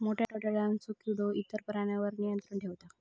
मोठ्या डोळ्यांचो किडो इतर प्राण्यांवर नियंत्रण ठेवता